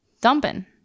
Dumping